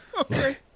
Okay